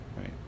Right